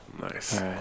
Nice